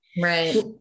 Right